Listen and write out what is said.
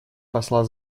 посла